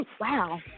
Wow